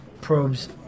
probes